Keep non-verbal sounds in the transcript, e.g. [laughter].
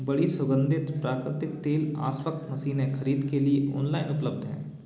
बड़ी सुगंधित प्राकृतिक तेल [unintelligible] मशीनें खरीद के लिए ऑनलाइन उपलब्ध हैं